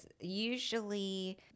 usually